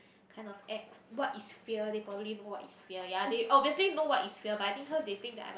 kind of act what is fear they probably know what is fear ya they obviously know what is fear but I think because they think I haven't